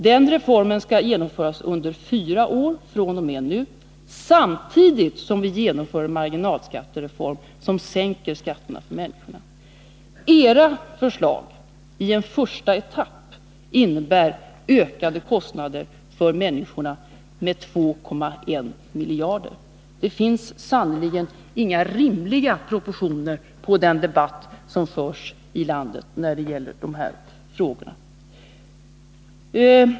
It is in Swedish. Den reformen skall genomföras under fyra år från och med nu, samtidigt som vi genomför en marginalskattereform som sänker skatterna för människorna. Era förslag innebär i en första etapp ökade kostnader för människorna med 2,1 miljarder. Det finns sannerligen inga rimliga proportioner på den debatt som förs i landet när det gäller de här frågorna!